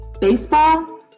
Baseball